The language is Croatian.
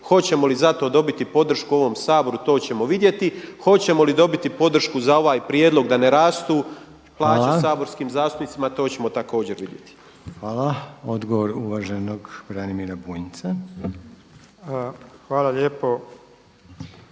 Hoćemo li za to dobiti podršku u ovom Saboru, to ćemo vidjeti. Hoćemo li dobiti podršku za ovaj prijedlog da ne rastu plaće saborskim zastupnicima to ćemo također vidjeti. **Reiner, Željko (HDZ)** Hvala. Odgovor uvaženog Branimira Bunjca. **Bunjac,